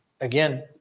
again